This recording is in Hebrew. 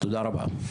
תודה רבה.